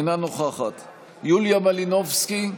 אינה נוכחת יוליה מלינובסקי קונין,